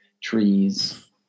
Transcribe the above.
trees